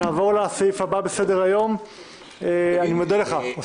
אני מודה לך, אוסאמה.